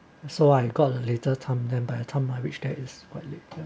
so I got a later time then by the time I reach there it's quite late ya